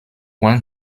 one